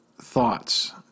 thoughts